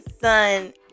son